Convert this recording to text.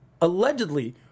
allegedly